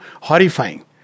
horrifying